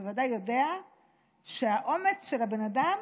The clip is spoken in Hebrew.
אתה בוודאי יודע שהאומץ של הבן אדם